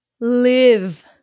live